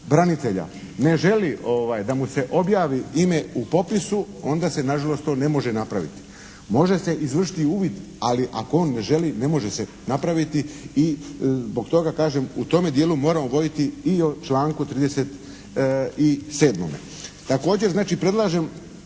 branitelja ne želi da mu se objavi ime u popisu, onda se na žalost to ne može napraviti. Može se izvršiti uvid, ali ako on ne želi ne može se napraviti i zbog toga kažem u tome dijelu moramo voditi i o članku 37. Također znači predlažem